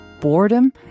boredom